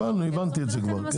הבנו, הבנתי את זה כבר.